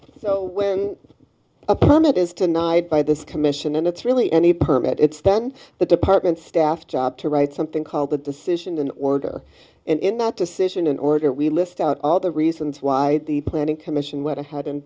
so when a permit is tonight by this commission and it's really any permit it's then the department staff job to write something called the decision in order and in that decision in order we list out all the reasons why the planning commission went ahead and